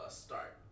start